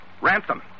Ransom